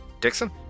dixon